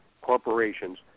corporations